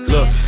Look